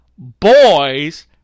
Boys